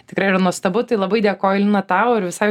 tikrai yra nuostabu tai labai dėkoju lina tau ir visai